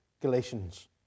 Galatians